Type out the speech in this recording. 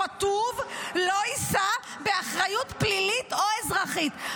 כתוב: לא יישא באחריות פלילית או אזרחית.